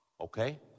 okay